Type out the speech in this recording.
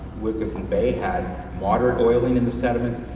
whiskey bay had water going in the sediments,